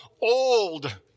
old